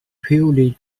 purely